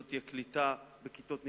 לא תהיה קליטה בכיתות נפרדות,